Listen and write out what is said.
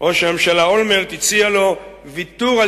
ראש הממשלה אולמרט הציע לו ויתור על